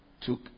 took